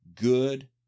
good